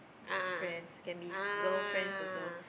a'ah a'ah ah